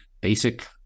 basic